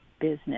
business